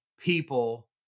people